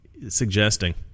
suggesting